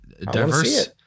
diverse